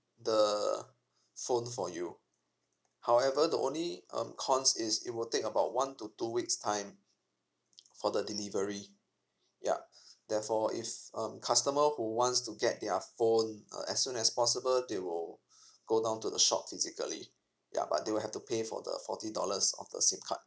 the phone for you however the only um cons is it will take about one to two weeks time for the delivery ya therefore if um customer who wants to get their phone uh as soon as possible they will go down to the shop physically ya but they will have to pay for the forty dollars of the sim card